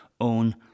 own